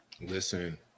Listen